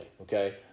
okay